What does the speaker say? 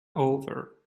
over